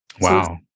Wow